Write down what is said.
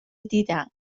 دیدم